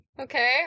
Okay